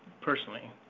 personally